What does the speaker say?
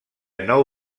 nou